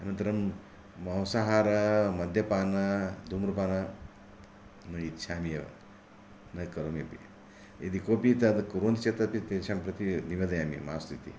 अनन्तरं मांसाहारः मद्यपानम् धूम्रपानम् न इच्छामि एव न करोमि अपि यदि केपि कुर्वन्ति चेत् तेषां प्रति निवेदयामि मास्तु इति